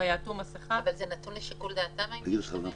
יעטו מסיכה" --- אבל זה נתון לשיקול דעתם האם להשתמש